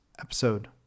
episode